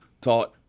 taught